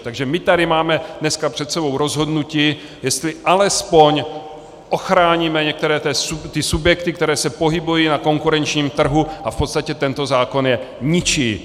Takže my tady máme dneska před sebou rozhodnutí, jestli alespoň ochráníme některé ty subjekty, které se pohybují na konkurenčním trhu, a v podstatě tento zákon je ničí.